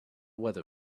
weather